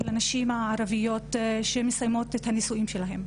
הנשים הערביות שמסיימות את הנישואין שלהן.